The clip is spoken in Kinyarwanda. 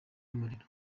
y’umuriro